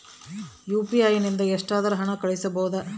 UPI ನಿಂದ ಎಷ್ಟಾದರೂ ಹಣ ಕಳಿಸಬಹುದಾ?